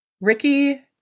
Ricky